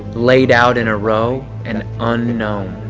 laid out in a row, and unknown.